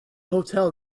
hotel